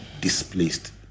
displaced